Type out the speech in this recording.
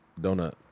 Donut